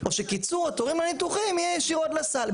או שקיצור התורים הניתוחיים יהיה ישירות לסל.